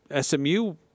SMU